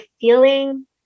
feeling